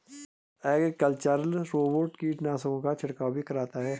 agricultural robot कीटनाशकों का छिड़काव भी करता है